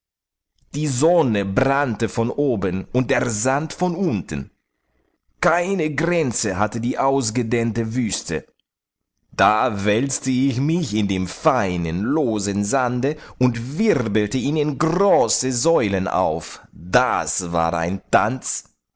die sonne brannte von oben und der sand von unten keine grenze hatte die ausgedehnte wüste da wälzte ich mich in dem feinen losen sande und wirbelte ihn in große säulen auf das war ein tanz